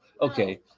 okay